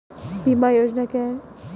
बीमा योजना क्या है?